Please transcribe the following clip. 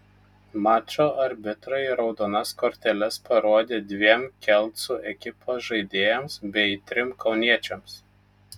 mačo arbitrai raudonas korteles parodė dviem kelcų ekipos žaidėjams bei trim kauniečiams